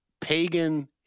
Pagan